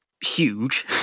huge